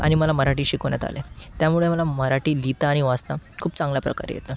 आणि मला मराठी शिकवण्यात आलं आहे त्यामुळे मला मराठी लिहिता आणि वाचता खूप चांगल्या प्रकारे येतं